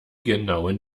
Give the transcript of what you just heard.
genauen